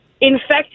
infected